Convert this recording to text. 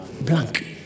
blank